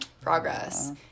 progress